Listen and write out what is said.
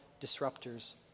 disruptors